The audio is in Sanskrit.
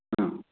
हा